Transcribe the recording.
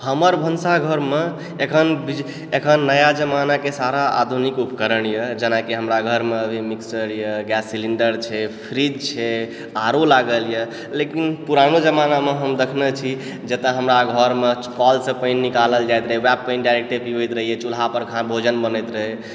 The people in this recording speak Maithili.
हमर भनसाघरमे एखन एखन नया जमानाके सारा आधुनिक उपकरण यऽ जेनाकि हमरा घरमे अभी मिक्सचर यऽ गैस सिलिण्डर छै फ्रिज छै आर ओ लागल यऽ लेकिन पुरानो जमानामे हम देखने छी जतय हमरा घरमे कलसँ पानि निकालल जाइत रहै ओएह पानि डायरेक्टे पीबैत रहियै चूल्हापर भोजन बनैत रहै